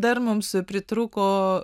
dar mums pritrūko